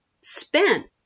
spent